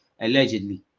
Allegedly